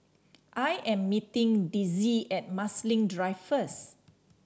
I am meeting Dezzie at Marsiling Drive first